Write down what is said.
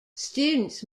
students